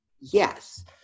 yes